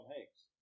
Hanks